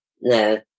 no